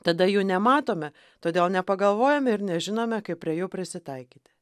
tada jų nematome todėl nepagalvojame ir nežinome kaip prie jų prisitaikyti